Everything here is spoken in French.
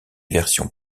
versions